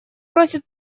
просят